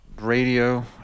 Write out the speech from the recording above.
radio